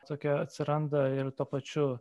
tokio atsiranda ir tuo pačiu